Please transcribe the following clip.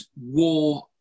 war